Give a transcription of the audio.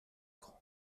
grand